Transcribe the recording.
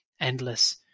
endless